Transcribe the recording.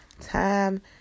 time